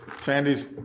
Sandy's